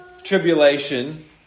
tribulation